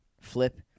Flip